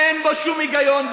אין בו שום היגיון.